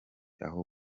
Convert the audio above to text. aho